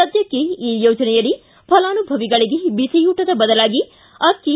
ಸದ್ದಕ್ಷೆ ಈ ಯೋಜನೆಯಡಿ ಫಲಾನುಭವಿಗಳಿಗೆ ಬಿಸಿಯೂಟದ ಬದಲಾಗಿ ಅಕ್ಕಿ